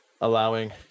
allowing